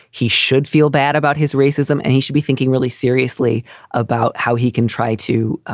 he should feel bad about his racism and he should be thinking really seriously about how he can try to